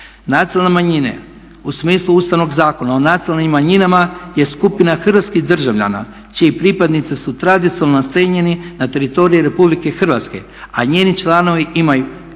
Nacionalne manjine u smislu Ustavnog zakona o nacionalnim manjinama je skupina hrvatskih državljana čiji pripadnici su tradicionalno nastanjeni na teritoriju Republike Hrvatske, a njeni članovi imaju